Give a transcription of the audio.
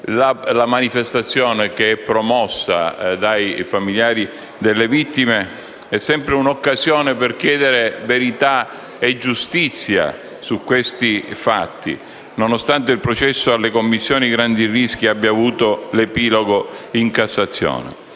La manifestazione, promossa dai familiari delle vittime, è sempre un'occasione per chiedere verità e giustizia su questi fatti, nonostante il processo alla Commissione nazionale grandi rischi abbia avuto l'epilogo in Corte